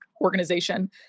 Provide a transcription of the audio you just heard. organization